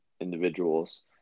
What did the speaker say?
individuals